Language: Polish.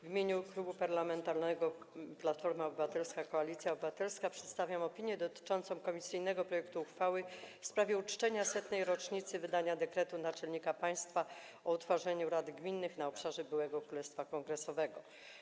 W imieniu Klubu Parlamentarnego Platforma Obywatelska - Koalicja Obywatelska przedstawiam opinię dotyczącą komisyjnego projektu uchwały w sprawie uczczenia 100. rocznicy wydania dekretu Naczelnika Państwa o utworzeniu Rad Gminnych na obszarze b. Królestwa Kongresowego.